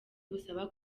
busaba